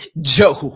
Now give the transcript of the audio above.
Joe